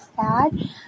sad